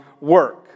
work